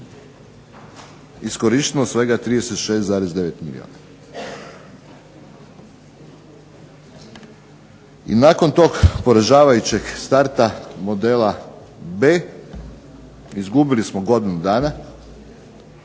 iskorišteno svega 36,9 milijuna. I nakon tog poražavajućeg starta modela B, izgubili smo godinu dana,